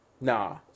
Nah